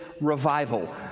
revival